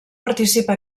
participa